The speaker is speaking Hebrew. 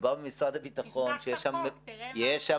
מדובר במשרד הביטחון -- תפתח את החוק, תראה מה